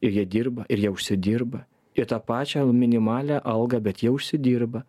ir jie dirba ir jie užsidirba i tą pačią minimalią algą bet jie užsidirba